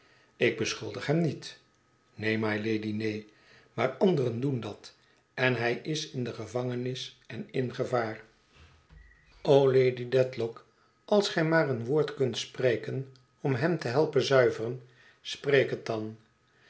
ik beschuldig hem niet neen mylady neen maar anderen doen dat en hij is in de gevangenis en in gevaar o lady dedlock als gij maar een woord kunt spreken om hem te helpen zuiveren spreek het dan